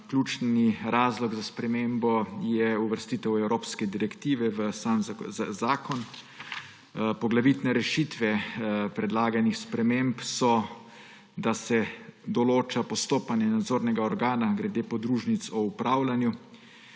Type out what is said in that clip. Ključni razlog za spremembo je uvrstitev evropske direktive v sam zakon. Poglavitne rešitve predlaganih sprememb so, da se določa postopanje nadzornega organa glede podružnic v upravljanju,